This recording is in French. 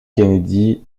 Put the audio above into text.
kennedy